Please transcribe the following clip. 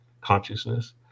consciousness